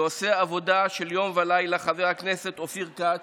שעושה עבודה יום ולילה, חבר הכנסת אופיר כץ,